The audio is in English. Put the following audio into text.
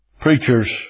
Preachers